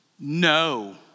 No